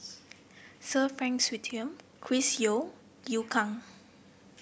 Sir Frank Swettenham Chris Yeo Liu Kang